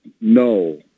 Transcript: No